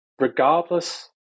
regardless